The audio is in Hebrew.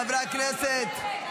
חברי הכנסת,